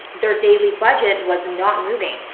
their daily budget was not moving.